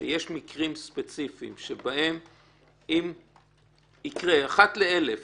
שיש מקרים ספציפיים שבהם יקרה אחת לאלף